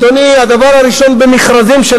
אדוני, הדבר הראשון במכרזים של